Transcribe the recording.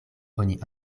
oni